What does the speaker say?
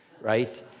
right